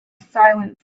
silence